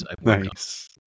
Nice